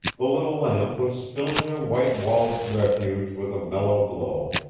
the little lamp was filling their white-walled refuge with a mellow glow.